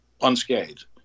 unscathed